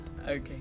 Okay